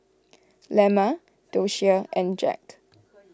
Lemma Doshia and Jacque